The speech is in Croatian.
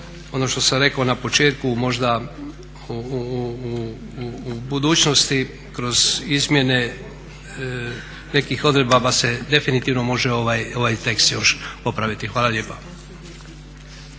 ono što sam rekao na početku možda u budućnosti kroz izmjene nekih odredaba se definitivno može ovaj tekst još popraviti. Hvala lijepa.